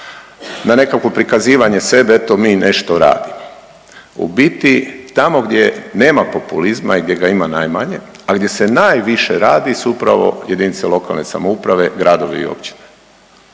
Na nekakvo prikazivanje sebe eto mi nešto radimo. U biti, tamo gdje nema populizma i gdje ga ima najmanje, a gdje se najviše radi su upravo jedinice lokalne samouprave, gradovi i općine.